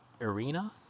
Arena